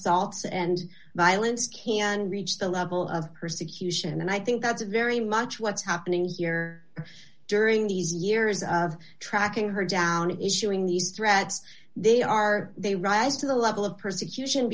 ts and violence can reach the level of persecution and i think that's very much what's happening here during these years of tracking her down issuing these threats they are they rise to the level of persecution